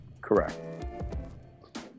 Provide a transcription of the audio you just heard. Correct